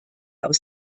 aus